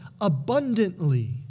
abundantly